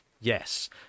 Yes